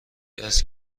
است